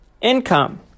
income